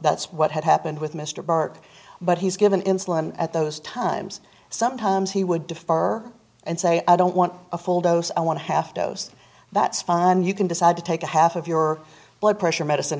that's what had happened with mr burke but he's given insulin at those times sometimes he would defer and say i don't want a full dose i want to have to that's fine you can decide to take a half of your blood pressure medicine